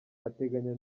ateganya